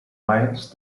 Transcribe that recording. miles